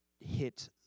hit